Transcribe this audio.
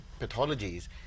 pathologies